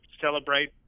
celebrate